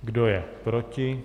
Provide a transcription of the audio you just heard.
Kdo je proti?